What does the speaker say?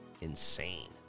insane